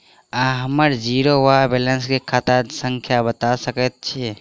अहाँ हम्मर जीरो वा बैलेंस केँ खाता संख्या बता सकैत छी?